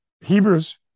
Hebrews